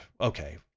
Okay